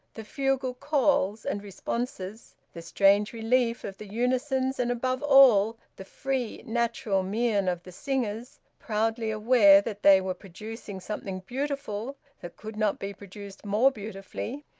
the fugal calls and responses, the strange relief of the unisons, and above all the free, natural mien of the singers, proudly aware that they were producing something beautiful that could not be produced more beautifully,